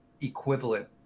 equivalent